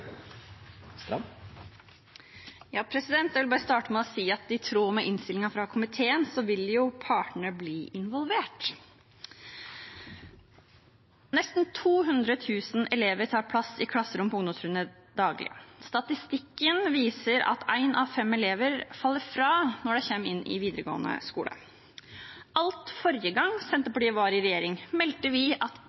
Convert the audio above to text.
Jeg vil bare starte med å si at i tråd med innstillingen fra komiteen vil jo partene bli involvert. Nesten 200 000 elever tar plass i klasserom på ungdomstrinnet daglig. Statistikken viser at en av fem elever faller fra når de kommer inn i videregående skole. Alt forrige gang Senterpartiet var i regjering, meldte vi at